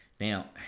Now